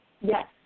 Yes